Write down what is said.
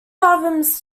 albums